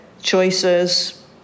choices